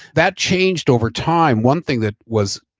that changed over time one thing that was,